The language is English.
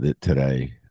today